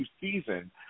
season